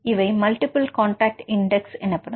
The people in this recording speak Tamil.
இவை மல்டிபிள் கான்டக்ட் இன்டெக்ஸ் எனப்படும்